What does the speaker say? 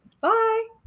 Bye